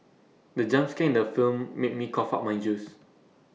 the jump scare in the film made me cough out my juice